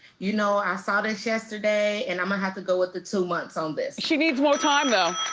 you know, i saw this yesterday and i'm gonna have to go with the two months on this. she needs more time though.